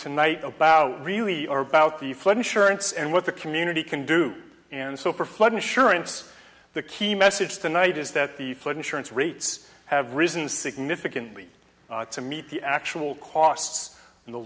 tonight about really are about the flood insurance and what the community can do and so for flood insurance the key message tonight is that the flood insurance rates have risen significantly to meet the actual cost